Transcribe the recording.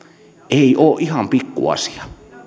ei ole ihan pikku asia